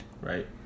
Right